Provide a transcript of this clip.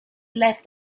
left